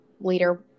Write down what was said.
leader